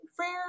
rare